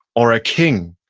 or a king.